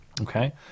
Okay